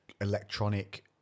electronic